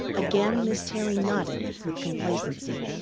again miss terry nodded with complacency.